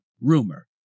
rumor